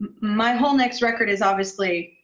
my whole next record is, obviously,